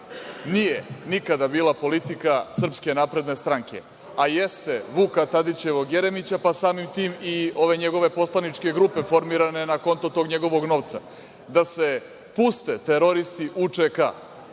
Nije nikada bila politika SNS, a jeste Vuka Tadićevog Jeremića, pa samim tim i ove njegove poslaničke grupe formirane na konto tog njegovog novca, da se puste teroristi UČK-a